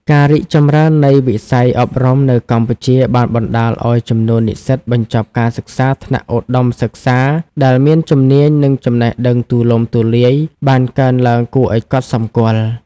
ការរីកចម្រើននៃវិស័យអប់រំនៅកម្ពុជាបានបណ្តាលឲ្យចំនួននិស្សិតបញ្ចប់ការសិក្សាថ្នាក់ឧត្តមសិក្សាដែលមានជំនាញ និងចំណេះដឹងទូលំទូលាយបានកើនឡើងគួរឲ្យកត់សម្គាល់។